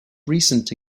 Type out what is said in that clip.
recent